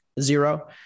zero